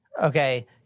okay